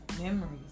Memories